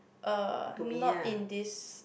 uh not in this